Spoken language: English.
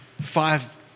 five